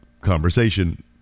conversation